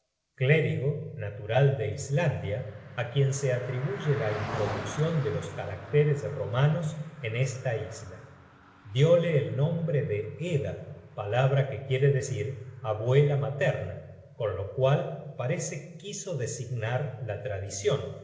clérigo natural de islandia á quien se atribuye la introduccion de los caractéres romanos en esta isla diole el nombre de edda palabra que quiere decir abuela materna con lo cual parece quiso designar la tradicion